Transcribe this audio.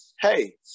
hey